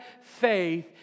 faith